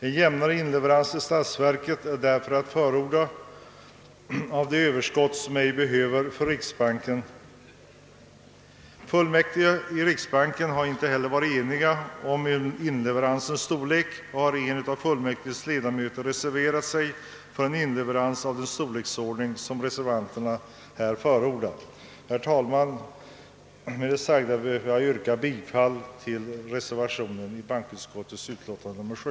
En jämnare inleverans till statsverket är därför att förorda när det gäller de överskott som 'ej behövs för riksbanken. Fullmäktige i riksbanken har inte heller varit eniga om inleveransens storlek. En av fullmäktiges ledamöter har reserverat sig för en inleverans av den storleksordning som reservanterna förordar. Med det sagda ber jag, herr talman, att få yrka bifall till reservationen vid bankoutskottets memorial nr 7.